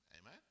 Amen